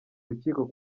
rukiko